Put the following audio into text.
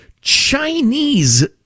Chinese